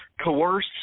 coerce